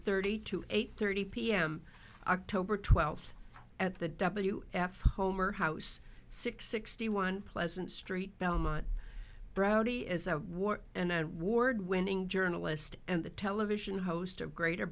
thirty to eight thirty pm october twelfth at the w f homer house six sixty one pleasant street belmont brody is a war and ward winning journalist and the television host of greater